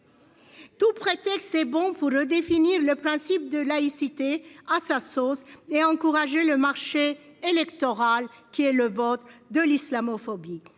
Tout prétexte c'est bon pour le définir le principe de laïcité à sa sauce et encourager le marché électoral qui est le vote de l'islamophobie